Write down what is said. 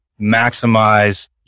maximize